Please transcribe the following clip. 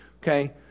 okay